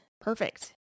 perfect